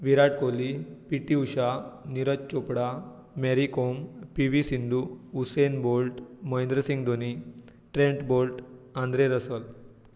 Virat Kohli P T Usha Neeraj Chopra Mary Kom P V Sindhu Usain Bolt Mahendra Singh Dhoni Trent Boult Andre Rasol